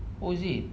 oh is it